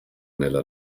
nella